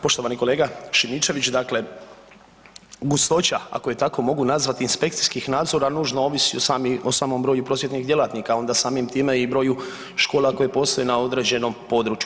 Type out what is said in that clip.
Poštovani kolega Šimičević, dakle gustoća ako je tako mogu nazvati inspekcijskih nadzora nužno ovisi o samom broju prosvjetnih djelatnika onda samim time i broju škola koje postoje na određenom području.